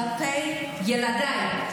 אלא כלפי ילדיי.